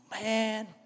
man